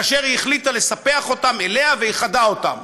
אשר היא החליטה לספח אותם אליה ואיחדה אותם.